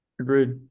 Agreed